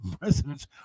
presidents